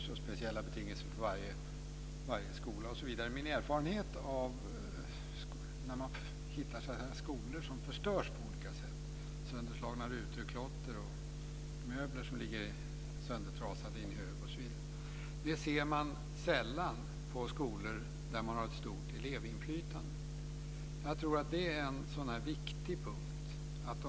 Det är så speciella betingelser för varje skola. Det finns skolor som förstörs på olika sätt. Det handlar om sönderslagna rutor, klotter och möbler som ligger söndertrasade i en hög osv. Min erfarenhet är att man sällan ser sådant på skolor där det finns ett stort elevinflytande. Jag tror att det är en viktig punkt.